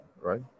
right